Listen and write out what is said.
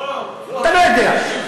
אתה לא יודע.